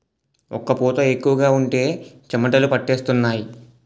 ఒక్క పూత ఎక్కువగా ఉంటే చెమటలు పట్టేస్తుంటాయి